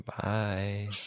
Bye